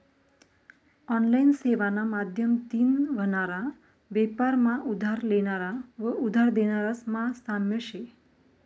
online सेवाना माध्यमतीन व्हनारा बेपार मा उधार लेनारा व उधार देनारास मा साम्य शे